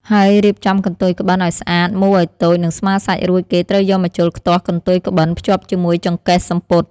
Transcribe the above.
ហើយរៀបចំកន្ទុយក្បិនឲ្យស្អាតមូរឲ្យតូចនិងស្មើរសាច់រួចគេត្រូវយកម្ជុលខ្ទាស់កន្ទុយក្បិនភ្ជាប់ជាមួយចង្កេះសំពត់។